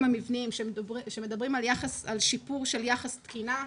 המבניים שמדברים על שיפור של יחס תקינה,